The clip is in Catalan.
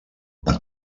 per